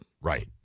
Right